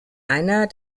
einer